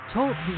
Talk